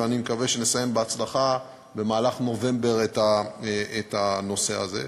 אני מקווה שנסיים בהצלחה במהלך נובמבר את הנושא הזה.